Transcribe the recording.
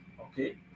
okay